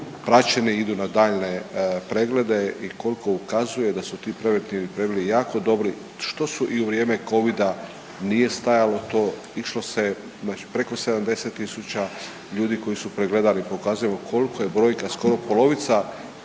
vraćeni i idu na daljnje preglede i koliko ukazuje da su ti preventivni pregledi jako dobri, što su u i vrijeme Covida nije stajalo, to išlo se znači preko 70 tisuća, ljudi koji su pregledali pokazujemo koliko je brojka, skoro polovica